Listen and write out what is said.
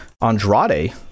Andrade